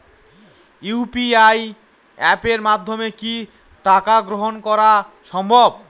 UPI অ্যাপের মাধ্যমে কি টাকা গ্রহণ করাও সম্ভব?